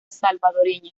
salvadoreña